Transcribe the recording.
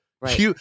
Right